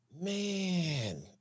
Man